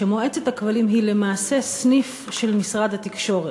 כשמועצת הכבלים היא למעשה סניף של משרד התקשורת,